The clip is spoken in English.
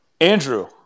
Andrew